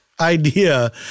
idea